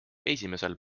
esimesel